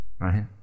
right